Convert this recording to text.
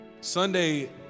Sunday